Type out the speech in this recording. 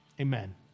amen